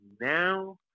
now